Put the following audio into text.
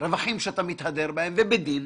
הרווחים שאתה מתהדר בהם, ובדין.